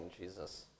Jesus